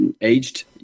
aged